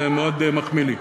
זה מאוד מחמיא לי,